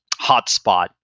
hotspot